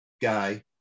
guy